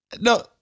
no